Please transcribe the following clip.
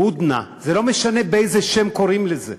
"הודנה" זה לא משנה באיזה שם קוראים לזה,